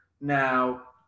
Now